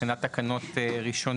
מבחינת הכנות ראשונות.